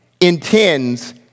intends